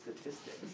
statistics